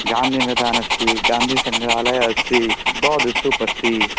गान्धीमैदानमस्ति गान्धीसङ्ग्रहालयः अस्ति बौद्धस्तूपः अस्ति